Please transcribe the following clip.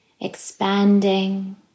expanding